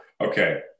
okay